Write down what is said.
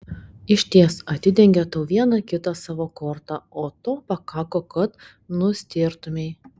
išties atidengė tau vieną kitą savo kortą o to pakako kad nustėrtumei